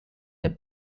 der